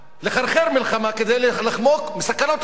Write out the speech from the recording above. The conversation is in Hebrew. לחרחר מלחמה כדי לחמוק מסכנות השלום,